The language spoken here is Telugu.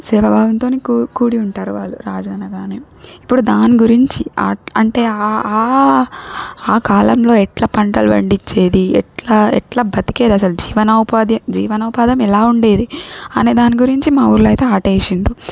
సేవా భావంతోనే కూ కూడి ఉంటారు వాళ్ళు రాజులనగానే ఇప్పుడు దాని గురించి ఆట్ అంటే ఆ కాలంలో ఎట్లా పంటలు పండిచ్చేది ఎట్లా ఎట్లా బతికేదసల్ జీవనోపాది జీవనోపాదం ఎలా ఉండేది అనే దాని గురించి మా ఊర్లో అయితే ఆటేషిండ్రు